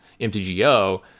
MTGO